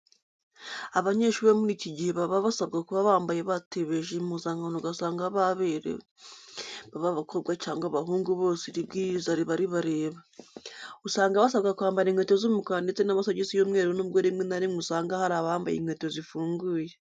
Abanyeshuri bo muri iki gihe baba basabwa kuba bambaye batebeje impuzankano ugasanga baberewe. Baba abakobwa cyangwa abahungu bose iri bwirizwa riba ribareba. Usanga basabwa kwambara inkweto z'umukara ndetse n'amasogisi y'umweru nubwo rimwe na rimwe usanga hari abambaye inkweto zifunguye.